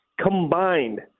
Combined